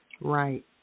Right